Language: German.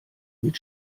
mit